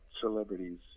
celebrities